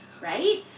Right